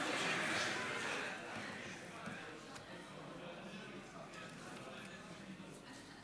אדוני היושב-ראש, חבריי חברי הכנסת,